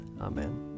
Amen